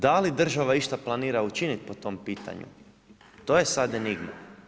Da li država išta planira učinit po tom pitanju, to je sad enigma.